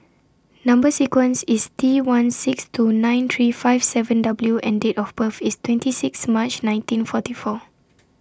Number sequence IS T one six two nine three five seven W and Date of birth IS twenty six March nineteen forty four